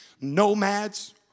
Nomads